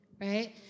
right